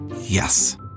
Yes